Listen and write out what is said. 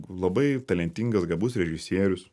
labai talentingas gabus režisierius